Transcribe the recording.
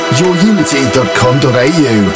yourunity.com.au